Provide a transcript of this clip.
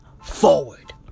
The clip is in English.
forward